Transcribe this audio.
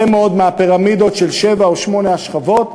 מאוד מהפירמידות של שבע או שמונה השכבות,